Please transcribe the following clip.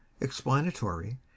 explanatory